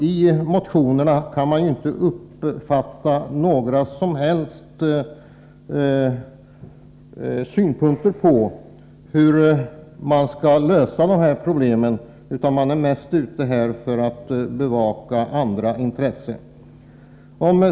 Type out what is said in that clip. I motionerna kan man inte uppfatta några som helst synpunkter på hur man skall lösa de här problemen. Man är mest ute efter att bevaka andra intressen.